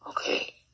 Okay